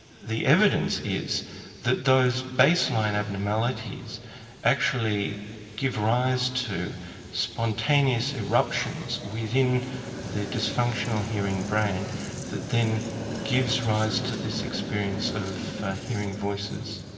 the evidence is that those base line abnormalities actually give rise to spontaneous eruptions within the dysfunctional hearing brain that then gives rise to this experience of hearing voices.